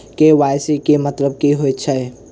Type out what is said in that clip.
KYC केँ मतलब की होइ छै?